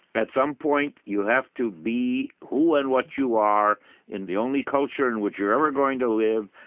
at some point, you have to be who and what you are in the only culture in which you're ever going to live,